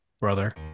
brother